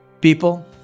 People